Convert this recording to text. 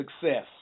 success